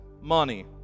money